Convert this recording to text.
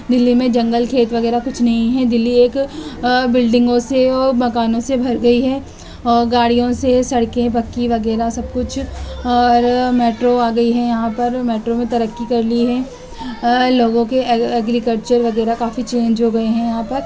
دہلی میں جنگل کھیت وغیرہ کچھ نہیں ہیں دہلی ایک بلڈنگوں سے اور مکانوں سے بھر گئی ہے اور گاڑیوں سے سڑکیں پکی وغیرہ سب کچھ اور میٹرو آ گئی ہے یہاں پر میٹرو میں ترقی کر لی ہے لوگوں کے ایگریکلچر وغیرہ کافی چینج ہو گئے ہیں یہاں پر